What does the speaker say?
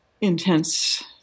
intense